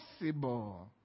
possible